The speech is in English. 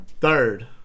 Third